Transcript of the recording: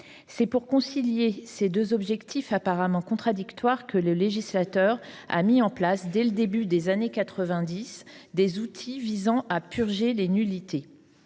C’est pour concilier ces deux objectifs apparemment contradictoires que le législateur a mis en place, dès le début des années 1990, des outils visant à purger les nullités.